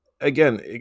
again